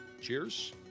cheers